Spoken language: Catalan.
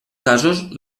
casos